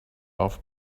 off